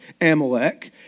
Amalek